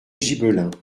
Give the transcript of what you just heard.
gibelins